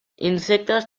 insectes